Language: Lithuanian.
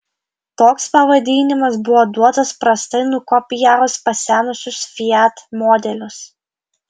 toks pavadinimas buvo duotas prastai nukopijavus pasenusius fiat modelius